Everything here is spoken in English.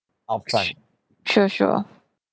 sure sure